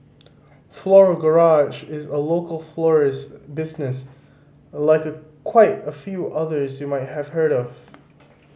Floral Garage is a local florist business like quite a few others you might have heard of